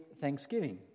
thanksgiving